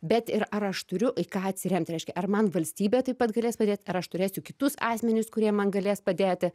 bet ir ar aš turiu į ką atsiremti reiškia ar man valstybė taip pat galės padėt ar aš turėsiu kitus asmenis kurie man galės padėti